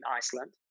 Iceland